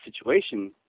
situation